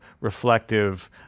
reflective